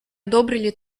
одобрили